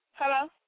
Hello